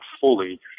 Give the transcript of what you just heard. fully